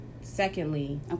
Secondly